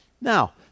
Now